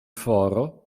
foro